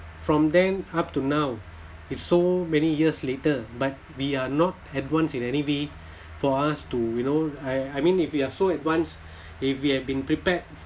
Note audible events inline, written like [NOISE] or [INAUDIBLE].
from then up to now it's so many years later but we are not advanced in any way for us to you know I I mean if you are so advanced [BREATH] if you have been prepared